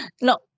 No